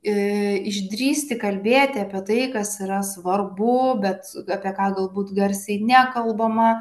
i išdrįsti kalbėti apie tai kas yra svarbu bet apie ką galbūt garsiai nekalbama